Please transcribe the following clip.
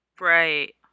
right